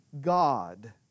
God